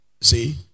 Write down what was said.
See